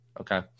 okay